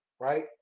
right